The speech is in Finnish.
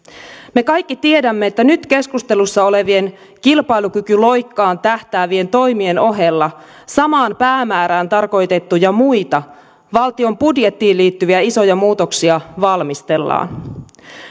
me kaikki tiedämme että nyt keskustelussa olevien kilpailukykyloikkaan tähtäävien toimien ohella samaan päämäärään tarkoitettuja muita valtion budjettiin liittyviä isoja muutoksia valmistellaan